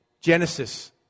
Genesis